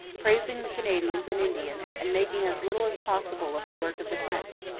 praising the canadians and indians and making as little as possible of the work of the french.